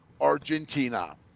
Argentina